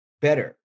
better